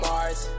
Mars